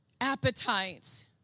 Appetites